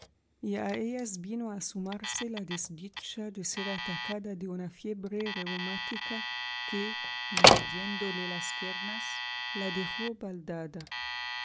a ellas vino a sumarse la desdicha de ser atacada de una fiebre reumática que invadiéndole las piernas la dejó baldada